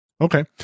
Okay